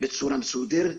בצורה מסודרת,